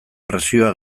presioa